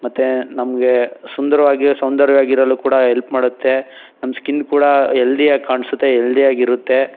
ಮತ್ತು ನಮಗೆ ಸುಂದರವಾಗಿಯೂ ಸೌಂದರ್ಯವಾಗಿರಲು ಕೂಡ ಎಲ್ಪ್ ಮಾಡುತ್ತೆ ನಮ್ಮ ಸ್ಕಿನ್ ಕೂಡ ಎಲ್ದಿಯಾಗಿ ಕಾಣಿಸುತ್ತೆ ಎಲ್ದಿಯಾಗಿರುತ್ತೆ